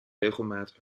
regelmaat